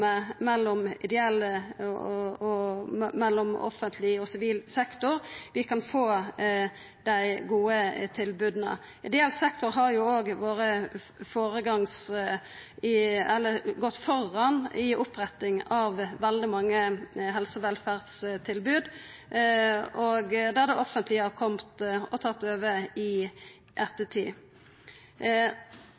mellom offentleg og sivil sektor vi kan få dei gode tilboda. Ideell sektor har òg gått føre i å opprette veldig mange helse- og velferdstilbod som det offentlege har kome og tatt over i